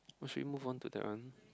or should we move on to that one